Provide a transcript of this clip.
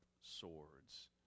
swords